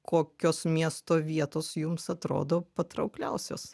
kokios miesto vietos jums atrodo patraukliausios